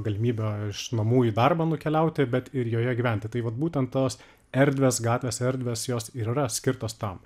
galimybę iš namų į darbą nukeliauti bet ir joje gyventi tai vat būtent tos erdvės gatvės erdvės jos ir yra skirtos tam